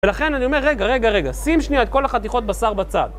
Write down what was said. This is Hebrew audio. ולכן אני אומר, רגע, רגע, רגע, שים שנייה את כל החתיכות בשר-בצד.